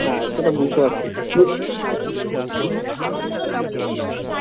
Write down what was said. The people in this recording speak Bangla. হ্যাঁ সেটা বুঝতে পাচ্ছি কী